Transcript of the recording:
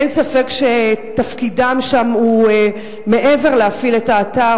אין ספק שתפקידם שם הוא מעבר להפעלת האתר,